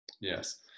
yes